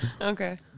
Okay